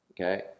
Okay